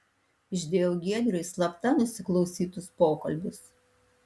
išdėjau giedriui slapta nusiklausytus pokalbius